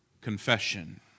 confession